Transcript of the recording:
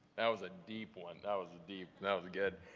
that was a deep one. that was a deep, that was good.